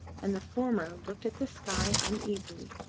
and the former looked at the sky uneasily.